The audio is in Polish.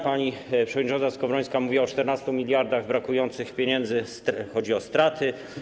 Pani przewodnicząca Skowrońska mówiła o 14 mld brakujących pieniędzy, chodzi o straty.